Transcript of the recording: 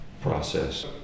process